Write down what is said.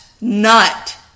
nut